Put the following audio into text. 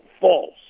false